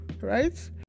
right